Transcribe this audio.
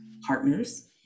Partners